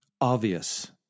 obvious